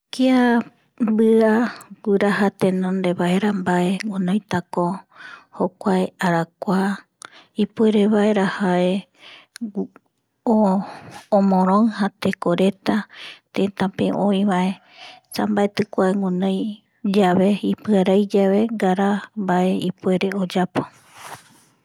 Kia mbia guiraja vaera mbae tenonde guinoitako jokua arakua ipuerevaera jae omoroija teko reta tetape oivae esa mbaetiko guinoi yave ipiarai yave ngara mbae ipuere oyapo